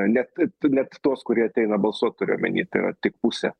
net net tuos kurie ateina balsuot turiu omeny tai yra tik pusė